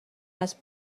است